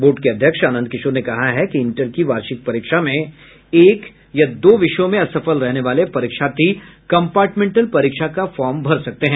board के अध्यक्ष आनंद किशोर ने कहा है कि इंटर की वार्षिक परीक्षा में एक या दो विषयों में असफल रहने वाले परीक्षार्थी कम्पार्टमेंटल परीक्षा का फॉर्म भर सकते हैं